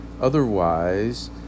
otherwise